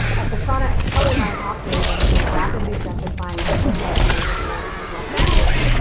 of the sonic color line operating in the rapidly gentrifying echo park neighborhood of los angeles,